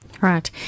right